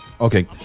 Okay